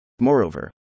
Moreover